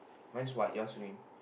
mine is white yours is green